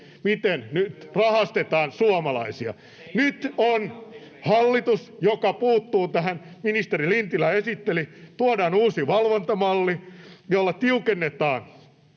miten nyt rahastetaan suomalaisia. [Timo Heinosen välihuuto] Nyt on hallitus, joka puuttuu tähän. Ministeri Lintilä esitteli, että tuodaan uusi valvontamalli, jolla tiukennetaan